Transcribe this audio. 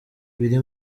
biri